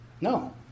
No